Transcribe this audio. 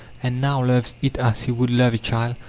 and now loves it as he would love a child,